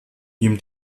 ihm